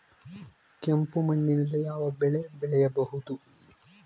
ಕೆಂಪು ಮಣ್ಣಿನಲ್ಲಿ ಯಾವ ಬೆಳೆ ಬೆಳೆಯಬಹುದು?